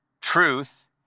truth